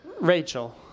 Rachel